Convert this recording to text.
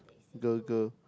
girl girl